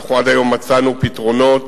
עד היום מצאנו פתרונות